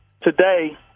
today